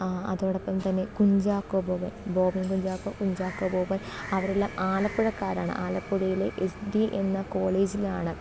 അതോടൊപ്പംതന്നെ കുഞ്ചാക്കോ ബോബൻ ബോബൻ കുഞ്ചാക്കോ കുഞ്ചാക്കോ ബോബൻ അവരെല്ലാം ആലപ്പുഴക്കാരാണ് ആലപ്പുഴയിലെ എസ് ഡി എന്ന കോളേജിലാണ്